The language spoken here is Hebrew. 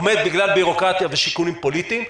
עומד בגלל ביורוקרטיה ושיקולים פוליטיים.